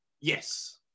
yes